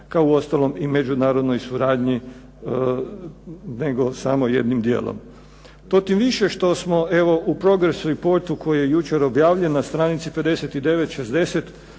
kao uostalom i međunarodnoj suradnji nego samo jednim dijelom. To tim više što smo evo u "Progress Reportu" koji je jučer objavljen na stranici 59-60